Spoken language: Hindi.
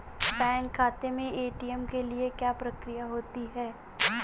बैंक खाते में ए.टी.एम के लिए क्या प्रक्रिया होती है?